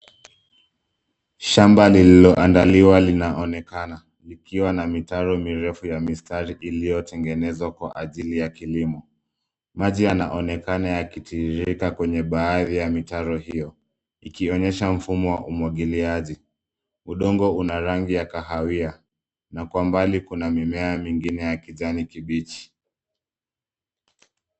Shamba lililoandaliwa linaonekana likiwa na mitaro mirefu ya mistari iliyotengenezwa kwa ajili ya kilimo. Maji yanaonekana yakitiririka kwenye baadhi ya mitaro hiyo ikionyesha mfumo wa umwagiliaji. Udongo una rangi ya kahawia na kwa mbali kuna mimea mingine ya kijani kibichi.